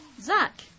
Zach